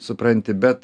supranti bet